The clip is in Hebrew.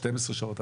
שתיים עשרה שעות,